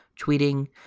tweeting